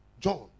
John